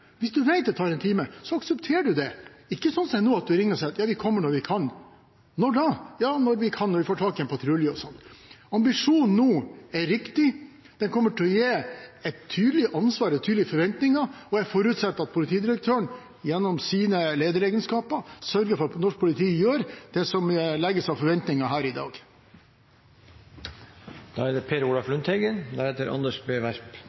så aksepterer man det. Det er ikke sånn som nå, at man ringer og så sier de at de kommer når de kan. Når da? Jo, når de får tak i en patrulje, osv. Ambisjonen nå er riktig. Den kommer til å gi et tydelig ansvar og tydelige forventninger, og jeg forutsetter at politidirektøren gjennom sine lederegenskaper sørger for at norsk politi lever opp til det som legges av forventninger her i dag. Representanten Per Olaf Lundteigen